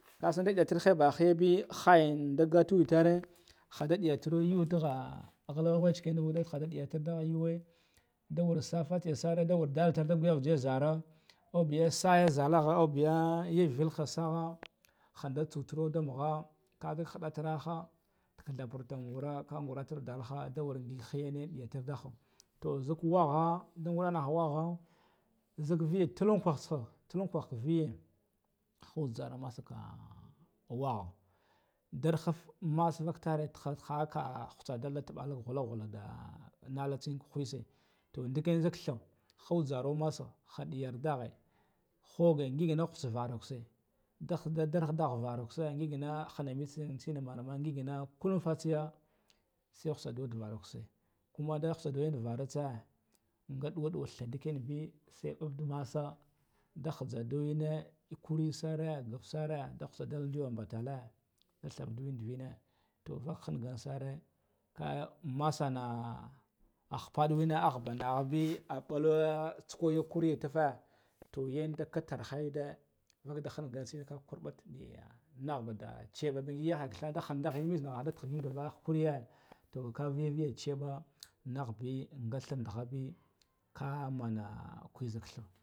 Kasande dattarda ɓa kheyam be khayan nda gutu wetare haddan diyan yu ndagha khala wachiken nga yuwe nda wartsa safatse sare nduwal si guyalva nzaru ubiya sa yazala ubiya yanvilha saha na da tsuturun magha kadda dagtarraha, thadda mbrakon khara kah ngura tal dalha ngig he yane diyata darhab nzuk wakha nda ngudda nahu wakhau nzig viyi tullufan tsaha tullunfah viye uzara mangaha wakha nduraf massa nafture altaha taha khatsa ndallun tubale nda malatsen khuse toh ndikiyen nzig than khuzarna massa, hadiyar dahe gugin ngig naftsan nvadan khutse ndahada nvara kuse ngigana hanu mitse tsemana mana ngigana kukun fatsiya sai khutsa ndudavalun tse kuna nda khatsen da varansa ngaduwa duwun than ndikiyan be sai uff da massa, ndi knaza nduyene ikari sorre nduk sorre nda khusa ndul nduwe batare nda thar ndun duwe na toh vahangan ku massana ah padiuwina ahbanawa be nabluwan tsuku ya kwurawen tafa, toh yanda kah tarhe yodde van dayaha ku kakarba inn ya naha bada chiba be ya kha katha mitse naha kuriye avagabiyu chiba nahabe nga than bana be kah mana